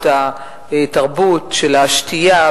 את התרבות של השתייה,